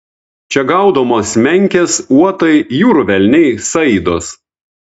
čia gaudomos menkės uotai jūrų velniai saidos